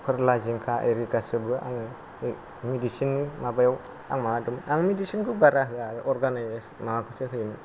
फोरला जोंखा एरि गासिबो आङो मिडिशिन माबायाव आं माबादोंमोन आं मिडिशिनखौ बारा होआ अर्गानिक माबाखौसो होयो